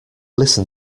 listen